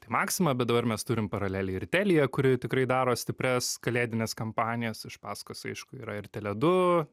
tai maksima bet dabar mes turim paraleliai ir telia kuri tikrai daro stiprias kalėdines kampanijas iš pasakos aišku yra ir tele du